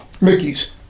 Mickey's